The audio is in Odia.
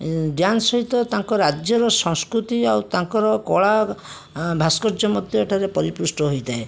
ଡ୍ୟାନ୍ସ ସହିତ ତାଙ୍କ ରାଜ୍ୟର ସଂସ୍କୃତି ଆଉ ତାଙ୍କର କଳା ଭାସ୍କର୍ଯ୍ୟ ମଧ୍ୟ ଏଠାରେ ପରିପୃଷ୍ଟ ହୋଇଥାଏ